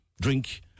drink